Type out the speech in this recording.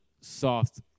soft